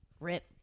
Rip